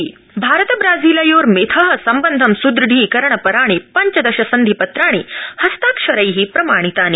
Bharata Brazil Bharat ब्राजीलयोर्मिथ सम्बन्धं सुदृढीकरण पराणि पञ्चदश सन्धिपत्राणि हस्ताक्षरै प्रमाणितानि